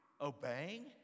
obeying